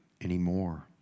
anymore